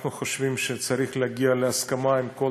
אנחנו חושבים שצריך להגיע להסכמה עם כל